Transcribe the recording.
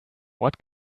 what